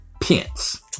Pence